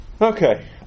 okay